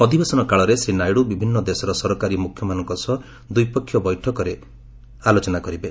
ଅଧିବେଶନ କାଳରେ ଶ୍ରୀ ନାଇଡୁ ବିଭିନ୍ନ ଦେଶର ସରକାରୀ ମ୍ରଖ୍ୟମାନଙ୍କ ସହ ଦ୍ୱିପକ୍ଷୀୟ ବୈଠକରେ ଉପନୀତ ହେବେ